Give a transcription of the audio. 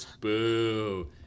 boo